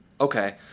Okay